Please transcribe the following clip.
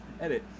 Edit